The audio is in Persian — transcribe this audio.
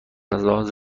لحاظ